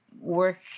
work